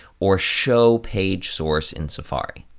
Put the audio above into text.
or show page source in safari.